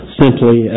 simply